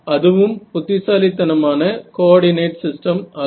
அதுவும் புத்திசாலித்தனமான coordinate system அல்ல